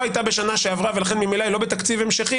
הייתה בשנה שעברה ולכן ממילא היא לא בתקציב המשכי,